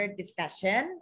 discussion